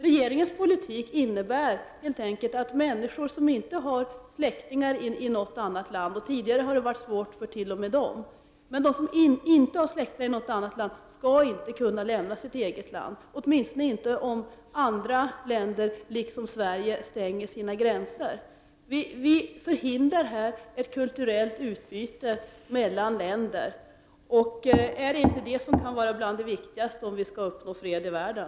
Regeringens politik innebär helt enkelt att människor som inte har släktingar i något annat land — tidigare har det varit svårt t.o.m. för sådana personer — inte kan lämna sitt eget land, åtminstone inte om andra länder, liksom Sverige, stänger sina gränser. Vi förhindrar på detta sätt ett kulturellt utbyte mellan olika länder. Är inte ett sådant utbyte något av det viktigaste om vi skall uppnå fred i tredje världen?